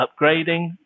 upgrading